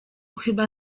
chyba